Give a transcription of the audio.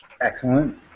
Excellent